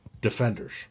defenders